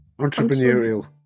Entrepreneurial